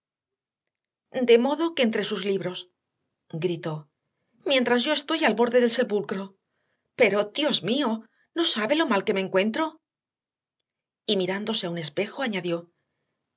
de modo que entre sus libros gritó mientras yo estoy al borde del sepulcro pero dios mío no sabe lo mal que me encuentro y mirándose a un espejo añadió